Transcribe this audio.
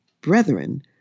brethren